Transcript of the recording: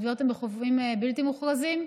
הטביעות הן בחופים בלתי מוכרזים.